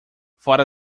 fora